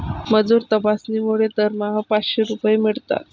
मजूर तपासणीमुळे दरमहा पाचशे रुपये मिळतात